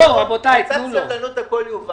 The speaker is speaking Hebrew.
רבותיי, תנו לו.